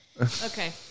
Okay